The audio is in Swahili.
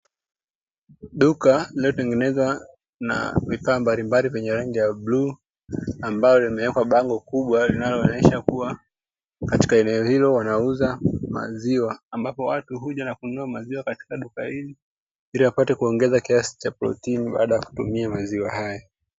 Duka linalotengenezwa na vifaa mbalimbali rangi ya bluu, ambalo limewekwa bango kubwa linaloonyesha kuwa katika eneo hilo wanauza maziwa, ambapo watu huja na kununua maziwa katika duka hili ili wapate kuongeza kiasi cha protini baada ya kutumia maziwa haya.